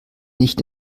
nicht